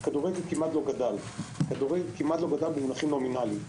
הוא כמעט ולא גדל במונחים נומינליים.